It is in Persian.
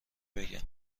بگم